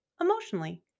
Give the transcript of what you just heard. emotionally